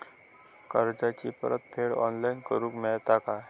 कर्जाची परत फेड ऑनलाइन करूक मेलता काय?